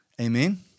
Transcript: Amen